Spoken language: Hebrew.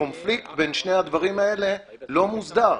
הקונפליקט בין שני הדברים האלה לא מוסדר,